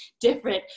different